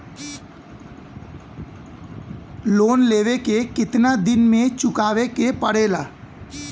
Loan लेवे के कितना दिन मे चुकावे के पड़ेला?